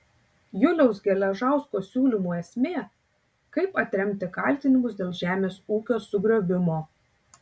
juliaus geležausko siūlymų esmė kaip atremti kaltinimus dėl žemės ūkio sugriovimo